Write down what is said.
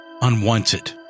unwanted